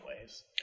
ways